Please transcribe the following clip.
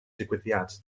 digwyddiad